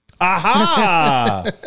Aha